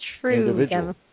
true